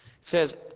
says